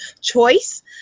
choice